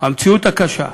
המציאות הקשה,